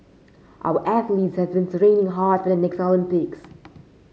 our athletes have been training hard for the next Olympics